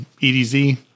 EDZ